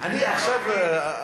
אני עכשיו,